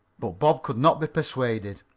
but bob could not be persuaded.